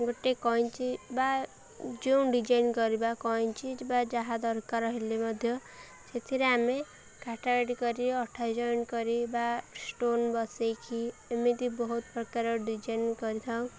ଗୋଟେ କଇଁଞ୍ଚି ବା ଯେଉଁ ଡିଜାଇନ୍ କରିବା କଇଁଞ୍ଚି ବା ଯାହା ଦରକାର ହେଲେ ମଧ୍ୟ ସେଥିରେ ଆମେ କଟାକଟି କରି ଅଠା ଜଏନ୍ କରି ବା ଷ୍ଟୋନ୍ ବସେଇକି ଏମିତି ବହୁତ ପ୍ରକାର ଡିଜାଇନ୍ କରିଥାଉ